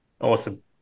Awesome